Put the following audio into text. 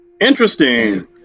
Interesting